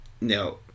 no